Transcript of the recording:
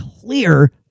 clear